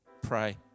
pray